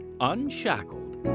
Unshackled